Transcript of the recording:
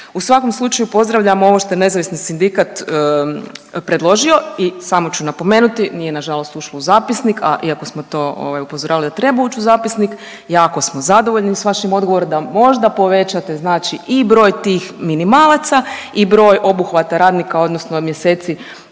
U svakom slučaju pozdravljam ovo što je Nezavisni sindikat predložio i samo ću napomenuti, nije nažalost ušlo u zapisnik, a iako smo to upozoravali da treba uć u zapisnik, jako smo zadovoljni s vašim odgovorom da možda povećate i broj tih minimalaca i broj obuhvata radnika odnosno mjeseci